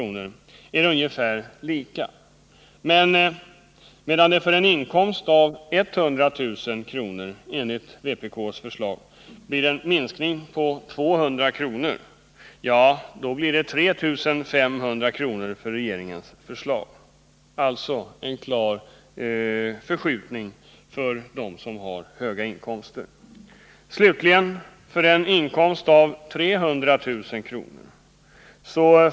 ger båda förslagen ungefär samma skattelindring. Vid en inkomst på 100 000 kr. blir det däremot enligt vpk:s förslag en skattelindring på 200 kr. mot 3 500 kr. enligt regeringens förslag. Regeringens förslag innebär alltså en klar förbättring för dem med höga inkomster. Den som har en inkomst på 300 000 kr.